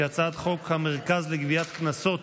הצעת חוק המרכז לגביית קנסות,